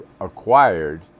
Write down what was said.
acquired